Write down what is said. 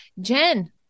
Jen